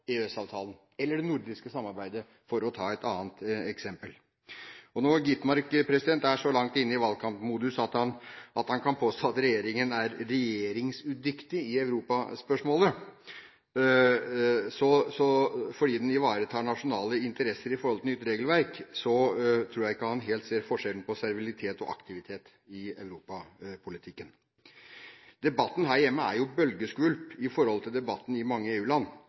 eller det nordiske samarbeidet, for å ta et annet eksempel. Når Skovholt Gitmark er så langt inn i valgkampmodus at han kan påstå at regjeringen er «regjeringsudyktig» i Europa-spørsmålet fordi den ivaretar nasjonale interesser i forhold til nytt regelverk, tror jeg ikke han helt ser forskjellen på servilitet og aktivitet i europapolitikken. Debatten her hjemme er jo bølgeskvulp i forhold til debatten i mange